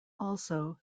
also